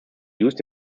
used